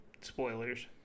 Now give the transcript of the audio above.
spoilers